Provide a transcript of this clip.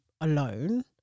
alone